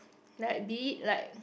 like be it like